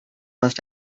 must